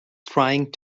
trying